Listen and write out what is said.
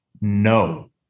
no